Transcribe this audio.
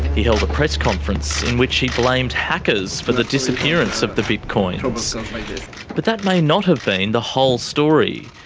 he held a press conference in which he blamed hackers for the disappearance of the bitcoins. so but that may not have been the whole story.